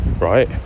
right